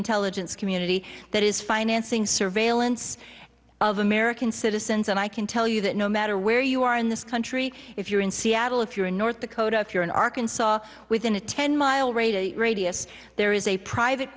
intelligence community that is financing surveillance of american citizens and i can tell you that no matter where you are in this country if you're in seattle if you're in north dakota if you're in arkansas within a ten mile radius radius there is a private